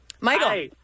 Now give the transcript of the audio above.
Michael